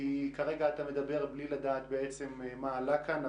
כי כרגע אתה מדבר בלי לדעת מה עלה כאן.